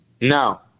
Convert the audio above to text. No